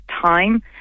time